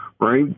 right